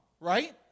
right